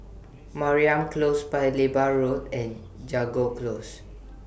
Mariam Close Paya Lebar Road and Jago Close